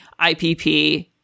ipp